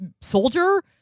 soldier